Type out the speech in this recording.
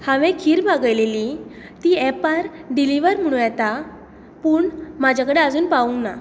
हांवें खीर मागयल्ली ती एपार डिलीवर म्हूण येता पूण म्हजे कडेन आजून पावूंक ना